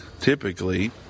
typically